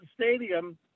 Stadium